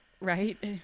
right